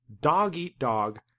dog-eat-dog